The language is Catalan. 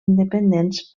independents